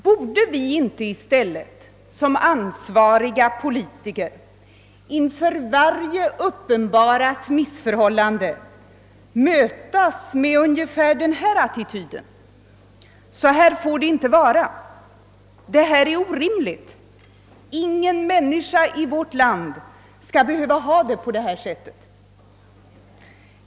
: Borde vi inte i stället, som ansvariga politiker, inför' varje uppenbarat missförhållande inta ungefär denna attityd: Så här får det inte vara, detta är orimligt, ingen människa i vårt land skall behöva ha det på detta sätt.